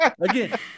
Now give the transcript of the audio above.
Again